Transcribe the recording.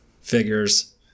figures